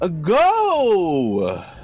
Go